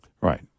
Right